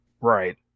Right